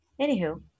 Anywho